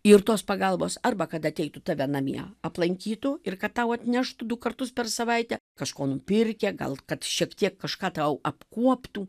ir tos pagalbos arba kad ateitų tave namie aplankytų ir kad tau atneštų du kartus per savaitę kažko nupirkę gal kad šiek tiek kažką tau apkuoptų